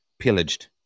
pillaged